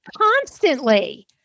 constantly